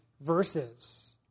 verses